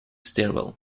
stairwell